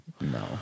no